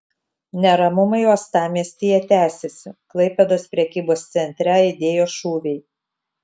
neramumai uostamiestyje tęsiasi klaipėdos prekybos centre aidėjo šūviai